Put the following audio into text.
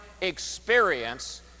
experience